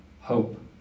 hope